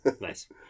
Nice